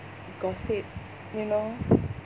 gossip you know